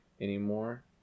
anymore